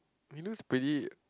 window's pretty